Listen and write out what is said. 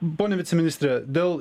pone viceministre dėl